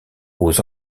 aux